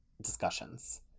discussions